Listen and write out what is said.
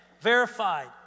verified